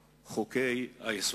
חוקי-היסוד.